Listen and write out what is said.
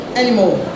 anymore